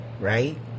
Right